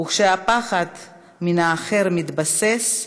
וכשהפחד מן האחר מתבסס,